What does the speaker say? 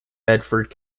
bedford